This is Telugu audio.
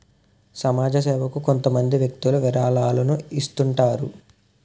సమాజ సేవకు కొంతమంది వ్యక్తులు విరాళాలను ఇస్తుంటారు